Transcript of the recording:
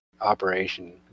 operation